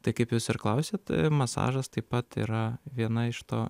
tai kaip jūs ir klausėt masažas taip pat yra viena iš to